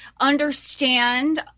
understand